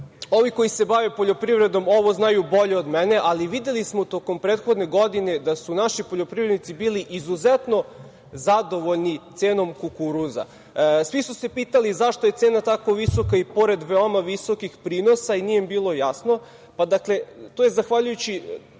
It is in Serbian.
koji se bave poljoprivredom ovo znaju bolje od mene, ali videli smo tokom prethodne godine da su naši poljoprivrednici bili izuzetno zadovoljni cenom kukuruza. Svi su se pitali zašto je cena tako visoka i pored veoma visokih prinosa i nije im bilo jasno,